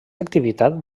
activitat